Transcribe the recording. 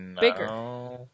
Bigger